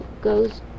goes